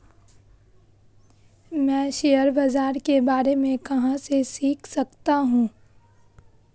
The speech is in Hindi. मैं शेयर बाज़ार के बारे में कहाँ से सीख सकता हूँ?